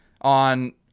on